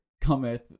cometh